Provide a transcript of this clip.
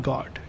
God